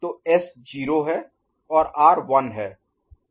तो S 0 है और R 1 है